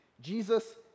Jesus